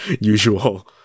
usual